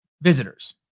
visitors